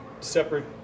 separate